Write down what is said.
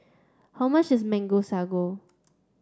how much is Mango Sago